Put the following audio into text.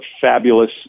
fabulous